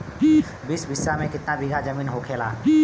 बीस बिस्सा में कितना बिघा जमीन होखेला?